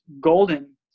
golden